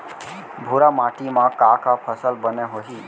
भूरा माटी मा का का फसल बने होही?